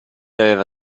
aveva